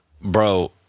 bro